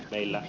meillä